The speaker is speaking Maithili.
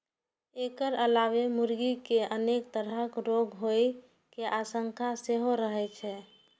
एकर अलावे मुर्गी कें अनेक तरहक रोग होइ के आशंका सेहो रहै छै